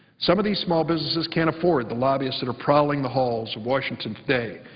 some of these small businesses can't afford the lobbyists that are prowling the halls of washington today,